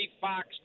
fox